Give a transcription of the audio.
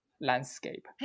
landscape